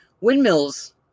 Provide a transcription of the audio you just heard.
Windmills